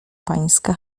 pańska